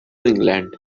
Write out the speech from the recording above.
england